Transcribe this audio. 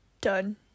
done